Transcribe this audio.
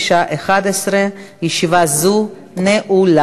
בשעה 11:00. ישיבה זו נעולה.